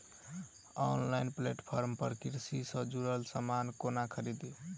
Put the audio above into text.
Online platform पर कृषि सँ जुड़ल समान कोना खरीदी?